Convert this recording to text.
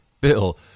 Bill